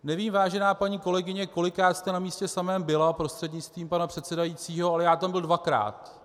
Nevím, vážená paní kolegyně, kolikrát jste na místě samém byla, prostřednictvím pana předsedajícího, ale já tam byl dvakrát.